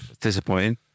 Disappointing